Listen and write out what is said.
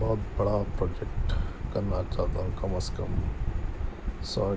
بہت بڑا پروجیکٹ کرنا چاہتا ہوں کم از کم سو